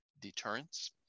deterrence